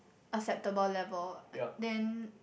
acceptable level then